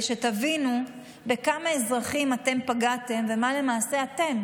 שתבינו בכמה אזרחים אתם פגעתם ומה למעשה אתם,